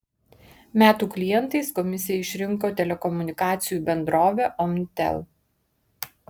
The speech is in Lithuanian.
metų klientais komisija išrinko telekomunikacijų bendrovę omnitel